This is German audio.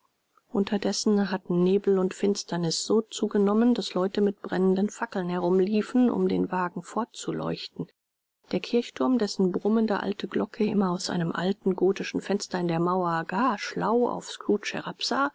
unterdessen hatten nebel und finsternis so zugenommen daß leute mit brennenden fackeln herumliefen um den wagen vorzuleuchten der kirchturm dessen brummende alte glocke immer aus einem alten gotischen fenster in der mauer gar schlau auf